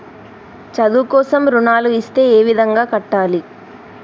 చదువు కోసం రుణాలు ఇస్తే ఏ విధంగా కట్టాలి?